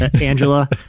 Angela